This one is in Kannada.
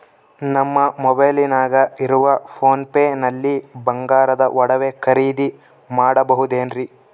ನಮ್ಮ ಮೊಬೈಲಿನಾಗ ಇರುವ ಪೋನ್ ಪೇ ನಲ್ಲಿ ಬಂಗಾರದ ಒಡವೆ ಖರೇದಿ ಮಾಡಬಹುದೇನ್ರಿ?